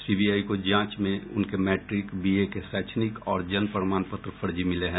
CBI को जांच में उनके मैट्रिक बीए के शैक्षणिक और जन्म प्रमाण पत्र फर्जी मिले हैं